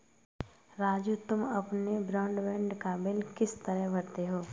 राजू तुम अपने ब्रॉडबैंड का बिल किस तरह भरते हो